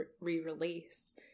re-release